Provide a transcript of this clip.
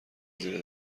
زیر